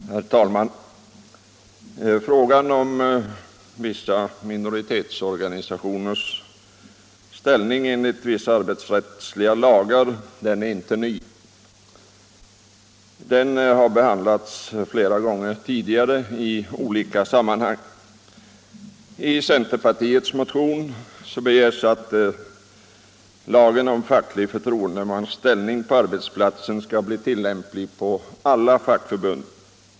Herr talman! Frågan om minoritetsorganisationers ställning enligt vissa arbetsrättsliga lagar är inte ny. Den har behandlats flera gånger tidigare i olika sammanhang. I centerpartiets motion begärs att lagen om facklig förtroendemans ställning på arbetsplatsen skall bli tillämplig på alla fackförbund.